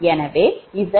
எனவே Z11